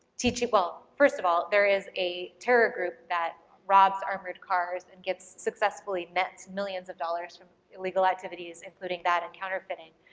teaching, well first of all there is a terror group that robs armored cars and gets, successfully nets millions of dollars from illegal activities including that and counterfeiting.